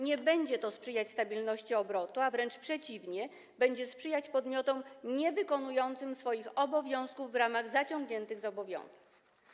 Nie będzie to sprzyjać stabilności obrotu, a wręcz przeciwnie - będzie sprzyjać podmiotom niewykonującym swoich obowiązków w ramach zaciągniętych zobowiązań.